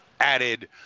added